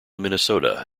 minnesota